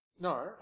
No